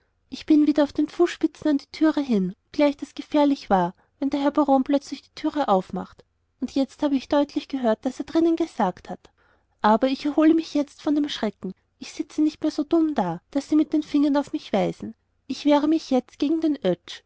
ich bin wieder auf den fußspitzen an die türe hin obschon das gefährlich war wenn der herr baron plötzlich die tür aufmacht und jetzt habe ich deutlich gehört wie er innen gesagt hat aber ich erhole mich jetzt von dem schrecken ich sitze nicht mehr so dumm da daß sie mit den fingern auf mich weisen ich wehre mich jetzt gegen den